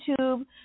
YouTube